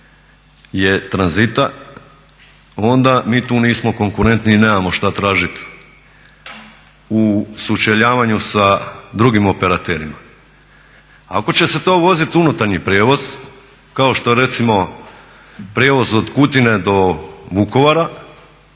je tranzita onda mi tu nismo konkurentni i nemao šta tražit u sučeljavanju sa drugim operaterima. Ako će se to voziti unutarnji prijevoz kao što je recimo prijevoz od Kutine do Vukovara,